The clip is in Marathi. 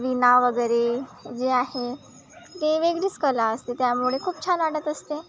वीणा वगैरे जे आहे ते वेगळीच कला असते त्यामुळे खूप छान वाटत असते